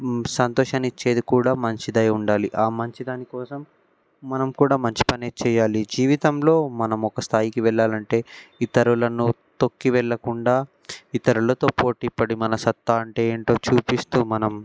సంతోషాన్ని ఇచ్చేది కూడా మంచిదై ఉండాలి ఆ మంచి దాని కోసం మనం కూడా మంచి పనే చేయాలి జీవితంలో మనం ఒక స్థాయికి వెళ్లాలి అంటే ఇతరులను తొక్కి వెళ్లకుండా ఇతరులతో పోటీ పడి మన సత్తా అంటే ఏంటో చూపిస్తూ మనం